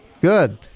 Good